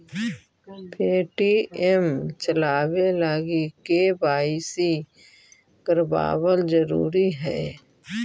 Paytm चलाबे लागी KYC करबाबल जरूरी हई